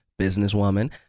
businesswoman